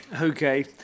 Okay